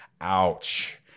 Ouch